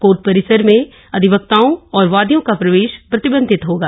court परिसर में अधिवक्ताओं और वादियों का प्रवेश प्रतिबंधित होगा